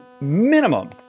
minimum